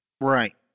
Right